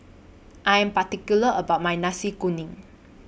I Am particular about My Nasi Kuning